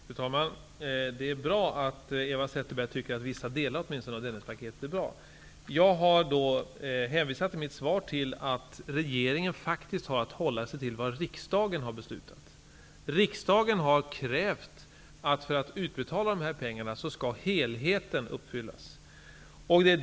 Fru talman! Det är bra att Eva Zetterberg tycker att åtminstone vissa delar av Dennispaketet är bra. I mitt svar har jag hänvisat till att regeringen faktiskt har att hålla sig till vad riksdagen har beslutat. Riksdagen har krävt att helheten skall uppfyllas för att de här pengarna skall utbetalas.